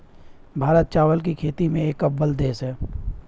भारत चावल की खेती में एक अव्वल देश है